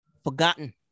forgotten